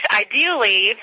ideally